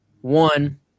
One